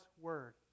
word